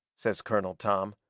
says colonel tom,